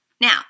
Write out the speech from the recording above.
Now